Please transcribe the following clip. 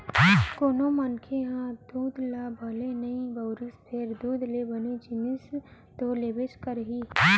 कोनों मनखे ह दूद ह भले नइ बउरही फेर दूद ले बने जिनिस तो लेबेच करही